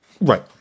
Right